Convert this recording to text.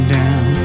down